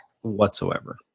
whatsoever